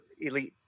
elite